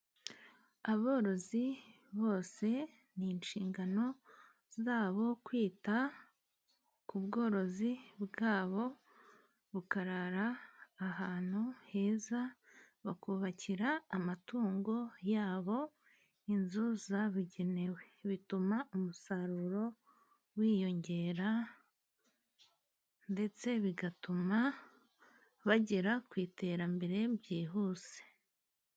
Aborozi bose ni inshingano zabo kwita ku bworozi bwabo bukarara ahantu heza bakubakira amatungo yabo inzu zabugenewe, bituma umusaruro wiyongera ndetse bigatuma bagera ku iterambere byihuse.